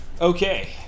Okay